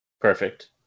Perfect